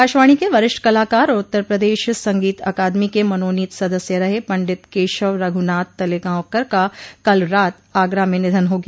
आकाशवाणी के वरिष्ठ कलाकार और उत्तर प्रदेश संगीत अकादमी के मनोनीत सदस्य रहे पंडित केशव रघुनाथ तलेगांवकर का कल रात आगरा में निधन हो गया